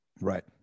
Right